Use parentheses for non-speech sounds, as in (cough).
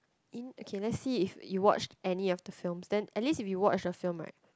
(noise) okay let's see if you watched any of the films then at least if you watched the film right